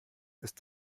ist